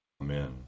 amen